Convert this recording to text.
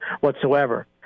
whatsoever